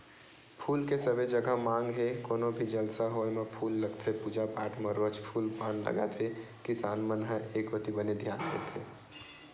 फूल के सबे जघा मांग हे कोनो भी जलसा होय म फूल लगथे पूजा पाठ म रोज फूल पान लगत हे किसान मन ह ए कोती बने धियान देत हे